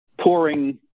Pouring